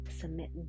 submit